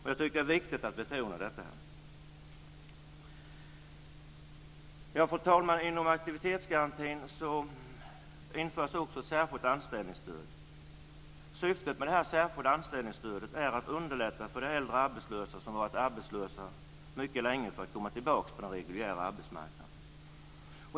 Jag tycker att det är viktigt att betona detta. Fru talman! Inom aktivitetsgarantin införs också ett särskilt anställningsstöd. Syftet med det särskilda anställningsstödet är att underlätta för äldre arbetslösa som varit arbetslösa mycket länge att komma tillbaka till den reguljära arbetsmarknaden.